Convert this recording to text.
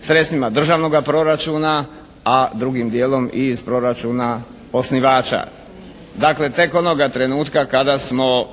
sredstvima državnog proračuna, a drugim dijelom i iz proračuna osnivača. Dakle tek onoga trenutka kada smo